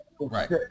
Right